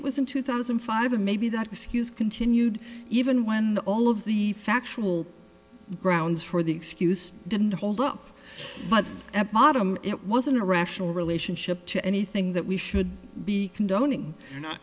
it was in two thousand and five and maybe that excuse continued even when all of the factual grounds for the excuse didn't hold up but at bottom it wasn't a rational relationship to anything that we should be condoning or not you're not